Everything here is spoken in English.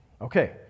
Okay